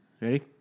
Ready